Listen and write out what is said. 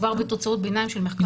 כבר בתוצאות ביניים של מחקרים.